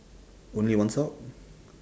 only one sock